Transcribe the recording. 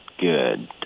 good